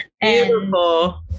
Beautiful